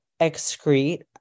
excrete